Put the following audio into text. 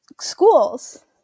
Schools